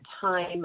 time